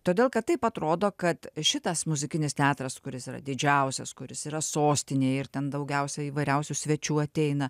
todėl kad taip atrodo kad šitas muzikinis teatras kuris yra didžiausias kuris yra sostinėj ir ten daugiausiai įvairiausių svečių ateina